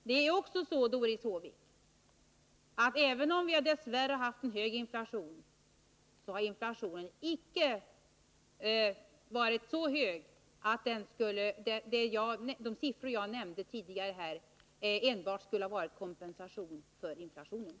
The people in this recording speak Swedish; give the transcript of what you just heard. d statsverksamheten, Även om vi tidigare, Doris Håvik, dess värre haft en hög inflation, har den m.m. ändå icke varit så hög att de siffror jag nämnde tidigare enbart skulle ha räckt till kompensation för inflationen.